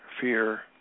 fear